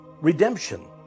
redemption